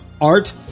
art